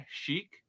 Chic